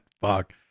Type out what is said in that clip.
Fuck